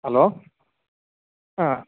hello ಹಾಂ